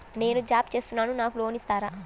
నేను జాబ్ చేస్తున్నాను నాకు లోన్ ఇస్తారా?